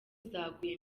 zaguye